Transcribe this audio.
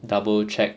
double check